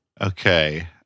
Okay